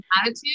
attitude